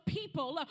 people